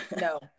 no